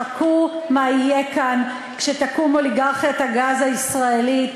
חכו למה שיהיה כאן כשתקום אוליגרכיית הגז הישראלי,